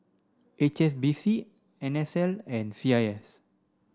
H S B C N S L and C I S